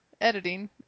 editing